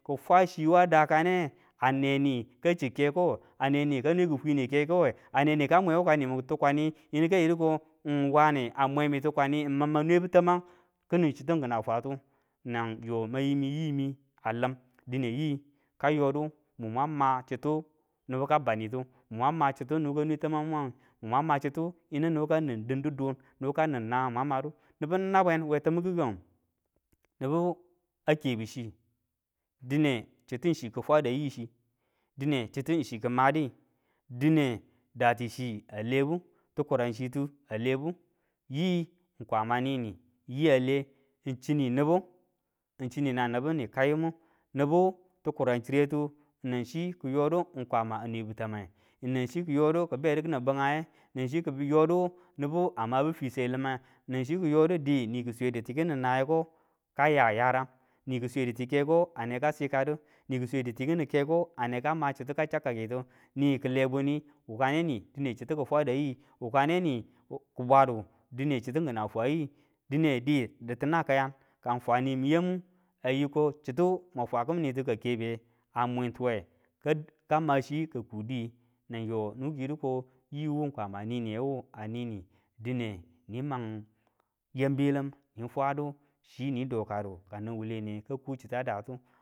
Ki fwa chi wa dakane a neni ka chi kekowe, a neni ka nwe kifwi ni kekowe, ane ni ka mwe wu kani min tikwani yinu ka yi du ko wane a mweni tikwani m mim mwang nwebu tamang kini chitu kina fwatu nan yi man yi mi yimi a lim, dine i ka yodu mumang chitu nibu kanwe tamangitu mumang ma chitu nibu kanin din didun, nibu kanin nangang nwan madu. Nibu nabwen we timu kikangu nibu a Kebu chi dine chitu chu kifwada yi chi, dine chitu chi kimadi, dine datichi a lebu, tikuran chitu a lebu. Yi kwama nini yi ale ng chini nibu chini nau nibu ni kaimu, nibu tikurau chire tu kiyodu ng kwama a nwebu tamang, nang chi kiyodu ki bedu kini bingaiye, nang chi kiyodu nibu a mabu fiswe limange nang chi ki yodu niki swedu tikini nayeko kaya yaram, ni ki swedu ti kini keko, aneka sikadu, ni swedu tikini keke neka ma chitu ka cha kafu tu, ni kile buni. Wuka ne ni dine chitu kifwada yi, wukane ni kibwadu dine chitu kina fwa yi, dine di ditina kayan ka ng fwanimin yamu ayiko chitu mwangfwa kiminitu ka kebe a mwin tuwe k- ka ma chi ka ku di nang yi nibu ki yi du ko yiwu kwama niniyewu a nini dine ni mang yam biyu lim ni fwadu chi no dokadu kanan wuwule niye ka ku chitu a datu.